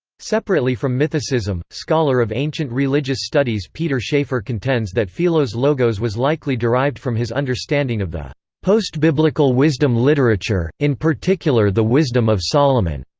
separately from mythicism, scholar of ancient religious studies peter schafer contends that philo's logos was likely derived from his understanding of the postbiblical wisdom literature, in particular the wisdom of solomon.